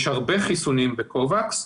יש הרבה חיסונים ב-קובאקס.